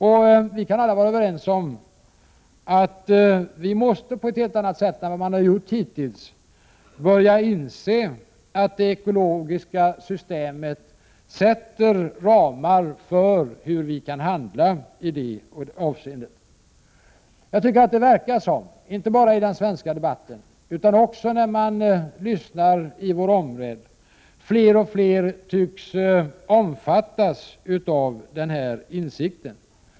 Alla kan vi vara överens om att vi på ett helt annat sätt än hittills måste börja inse att det ekologiska systemet sätter ramar för hur vi kan handla i det avseendet. Jag tycker att det verkar som om fler och fler, inte bara i den svenska debatten utan också i vår omvärld, tycks ha kommit till den här insikten.